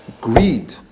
greed